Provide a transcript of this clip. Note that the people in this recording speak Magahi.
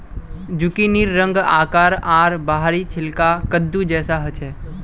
जुकिनीर रंग, आकार आर बाहरी छिलका कद्दू जैसा ह छे